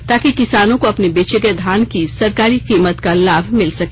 ताकि किसानों को अपने बेचे गए धान की सरकारी कीमत का लाभ मिल सके